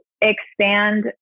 expand